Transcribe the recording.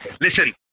listen